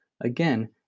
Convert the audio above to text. again